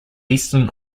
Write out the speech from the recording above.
eastern